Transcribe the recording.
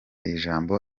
ijambo